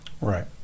Right